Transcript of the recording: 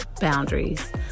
boundaries